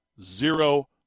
zero